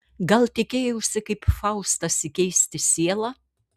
gal tikėjausi kaip faustas įkeisti sielą